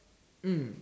mm